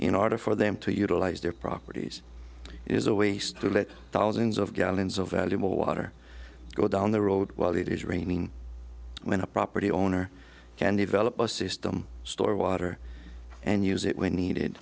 in order for them to utilize their properties is a waste to let thousands of gallons of valuable water go down the road while it is raining when a property owner can develop a system store water and use it when needed